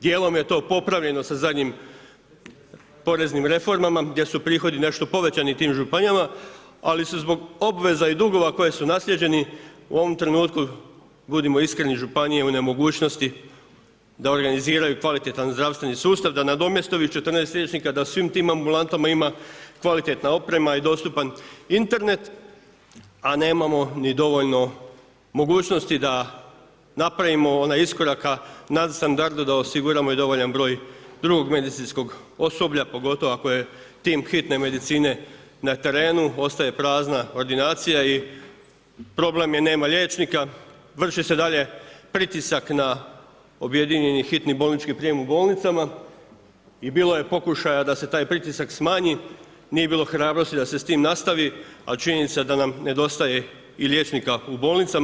Djelom je to popravljeno sa zadnjim poreznim reformama gdje su prihodi nešto povećani tim županijama ali su zbog obveza i dugova koji su naslijeđeni, u ovom trenutku budimo iskreni, županije u nemogućnosti da organiziraju kvalitetan zdravstveni sustav, da nadomjeste ovih 14 liječnika, da u svim tim ambulantama ima kvalitetna oprema i dostupan Internet nemamo ni dovoljno mogućnosti da napravimo onaj iskorak ka nadstandardu da osiguramo i dovoljan broj drugog medicinskog osoblja pogotovo ako je tim hitne medicine na terenu, ostaje prazna ordinacija i problem je nema liječnika, vrši se dalje pritisak na objedinjeni hitni bolnički prijem u bolnicama i bilo je pokušaja da se tak pritisak smanji, nije bilo hrabrosti da se s tim nastavi ali činjenica da nam nedostaje i liječnika u bolnicama.